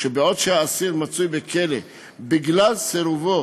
שבעוד האסיר מצוי בכלא בגלל סירובו